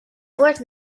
bord